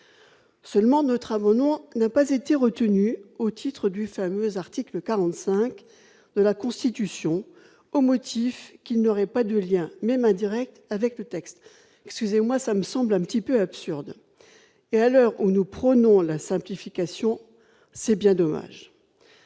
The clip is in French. Seulement de travaux non n'a pas été retenu au titre du fameux article 45 de la Constitution, au motif qu'il n'aurait pas de lien, même indirect avec le texte, excusez moi, ça me semble un petit peu absurde et à l'heure où nous prenons la simplification, c'est bien dommage,